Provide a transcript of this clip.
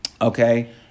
okay